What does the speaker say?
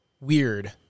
weird